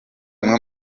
bimwe